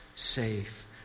Safe